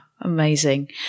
Amazing